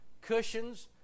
cushions